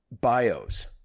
bios